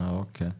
אוקיי.